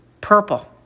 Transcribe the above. purple